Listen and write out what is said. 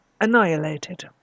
Annihilated